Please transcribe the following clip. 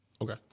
okay